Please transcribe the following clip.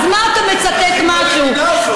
אז מה אתה מצטט, משהו, הם אזרחים במדינה הזאת.